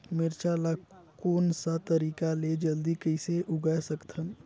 मिरचा ला कोन सा तरीका ले जल्दी कइसे उगाय सकथन?